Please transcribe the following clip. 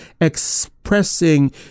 expressing